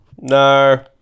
No